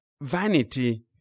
vanity